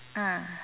mm